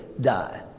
die